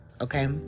okay